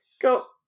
Go